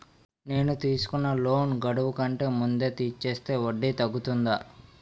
నేను తీసుకున్న లోన్ గడువు కంటే ముందే తీర్చేస్తే వడ్డీ తగ్గుతుందా?